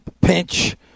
pinch